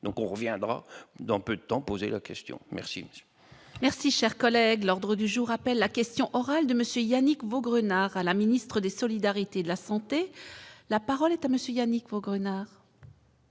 donc on reviendra dans peu de temps, poser la question, merci. Merci, chers collègues, l'ordre du jour appelle la question orale de Monsieur Yannick Vaugrenard à la ministre des solidarités, de la santé, la parole est à monsieur Yannick Vaugrenard.